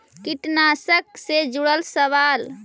कीटनाशक से जुड़ल सवाल?